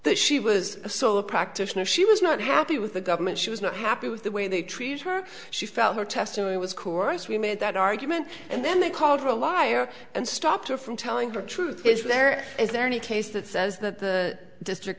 that she was a sole practitioner she was not happy with the government she was not happy with the way they treated her she felt her testimony was core as we made that argument and then they called her a liar and stopped her from telling the truth is there is there any case that says that the district